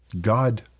God